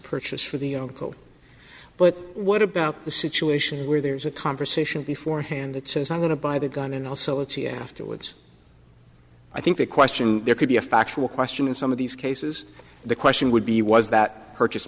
purchase for the overcoat but what about the situation where there's a conversation before hand that says i'm going to buy the gun and also it's e f two it's i think the question there could be a factual question in some of these cases the question would be was that purchase